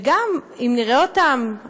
וגם אם נראה אותם,